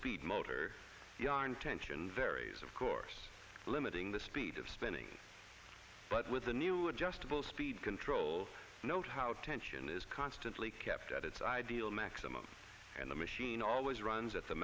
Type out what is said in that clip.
speed motor the our intention varies of course limiting the speed of spinning but with a new adjustable speed control note how tension is constantly kept at its ideal maximum and the machine always runs at the